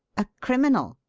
a criminal?